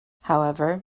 however